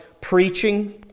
preaching